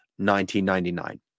1999